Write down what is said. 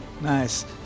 Nice